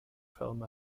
film